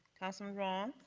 councilman roth.